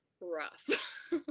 rough